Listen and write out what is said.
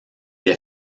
est